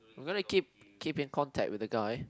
I'm gonna keep keep in contact with the guy